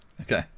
Okay